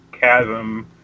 chasm